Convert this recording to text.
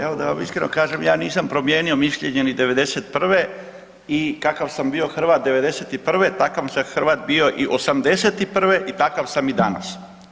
Evo da vam iskreno kažem, ja nisam promijenio mišljenje ni '91. i kakav sam bio Hrvat '91., takav sam Hrvat bio i '81. i takav sam i danas.